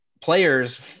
players